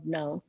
now